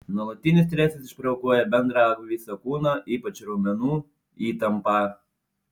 nuolatinis stresas išprovokuoja bendrą viso kūno ypač raumenų įtampą